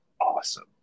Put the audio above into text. awesome